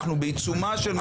אנחנו בעיצומה של מגפה.